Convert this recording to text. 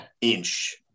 inch